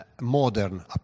modern